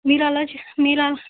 మీరలా చే మీర